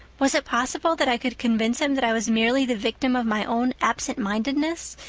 was it possible that i could convince him that i was merely the victim of my own absentmindedness,